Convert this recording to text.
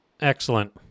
Excellent